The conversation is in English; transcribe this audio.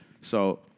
So-